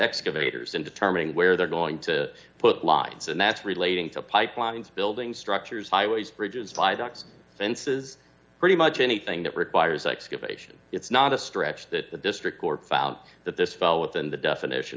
excavators in determining where they're going to put lines and that's relating to pipelines building structures highways bridges five x fences pretty much anything that requires excavation it's not a stretch that the district court found that this fell within the definition